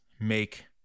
make